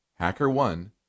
HackerOne